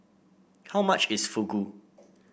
how much is Fugu